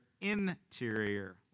interior